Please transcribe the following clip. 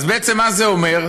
אז בעצם מה זה אומר?